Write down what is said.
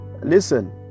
Listen